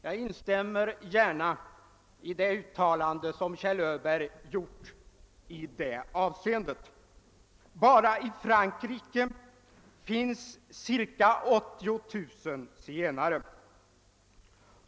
Jag instämmer gärna i det uttalande som Kjell Öberg gjort i detta avseende. Enbart i Frankrike finns det cirka 80 000 zigenare.